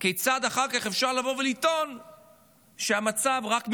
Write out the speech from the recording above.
כיצד אחר כך אפשר לטעון שהמצב רק מידרדר?